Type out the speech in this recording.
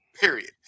period